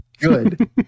good